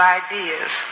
ideas